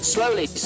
Slowly